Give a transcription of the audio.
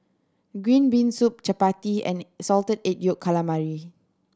green bean soup chappati and Salted Egg Yolk Calamari